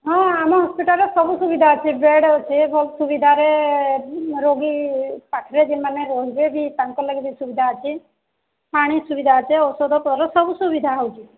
ହଁ ଆମ ହସ୍ପିଟାଲ୍ରେ ସବୁ ସୁବିଧା ଅଛେ ବେଡ଼୍ ଅଛେ ବହୁତ୍ ସୁବିଧାରେ ରୋଗୀ ପାଖରେ ଯେନ୍ମାନେ ରହେବେ ବି ତାଙ୍କର୍ ଲାଗି ବି ସୁବିଧା ଅଛେ ପାଣି ସୁବିଧା ଅଛେ ଔଷଧ ପତର୍ ସବୁ ସୁବିଧା ହେଉଛେ